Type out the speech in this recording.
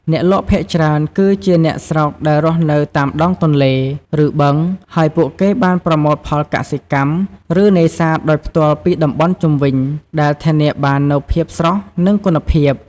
អ្នកលក់ភាគច្រើនគឺជាអ្នកស្រុកដែលរស់នៅតាមដងទន្លេ ឬបឹង ហើយពួកគេបានប្រមូលផលកសិកម្ម ឬនេសាទដោយផ្ទាល់ពីតំបន់ជុំវិញ ដែលធានាបាននូវភាពស្រស់ និងគុណភាព។